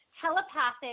telepathic